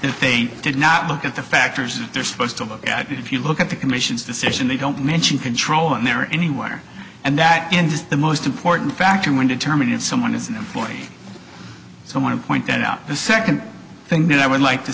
if they did not look at the factors they're supposed to look at if you look at the commission's decision they don't mention control in there or anywhere and that indeed the most important factor when determining if someone is an employee so i want to point that out the second thing that i would like to